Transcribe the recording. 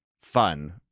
fun